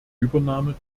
übernahme